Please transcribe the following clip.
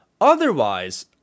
Otherwise